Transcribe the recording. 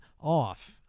off